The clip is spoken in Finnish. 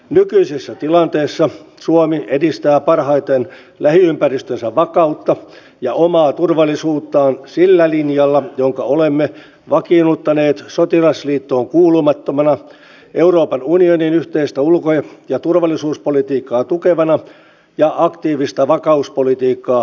nykyisessä tilanteessa suomi edistää parhaiten lähiympäristönsä vakautta ja omaa turvallisuuttaan sillä linjalla jonka olemme vakiinnuttaneet sotilasliittoon kuulumattomana euroopan unionin yhteistä ulko ja turvallisuuspolitiikkaa tukevana ja aktiivista vakauspolitiikkaa harjoittavana maana